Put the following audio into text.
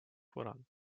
voran